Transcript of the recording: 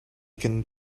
can